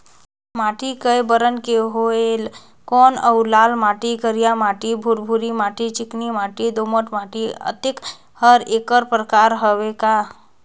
माटी कये बरन के होयल कौन अउ लाल माटी, करिया माटी, भुरभुरी माटी, चिकनी माटी, दोमट माटी, अतेक हर एकर प्रकार हवे का?